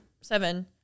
Seven